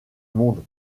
monde